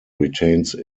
retains